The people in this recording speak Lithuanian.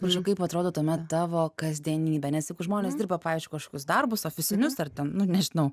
atsiprašau kaip atrodo tuomet tavo kasdienybė nes jeigu žmonės dirba pavyzdžiui kažkokius darbus ofisinius ar tarkim nu nežinau